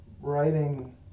writing